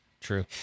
True